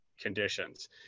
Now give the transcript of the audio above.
conditions